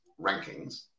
rankings